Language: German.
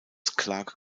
clark